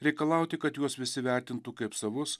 reikalauti kad juos visi vertintų kaip savus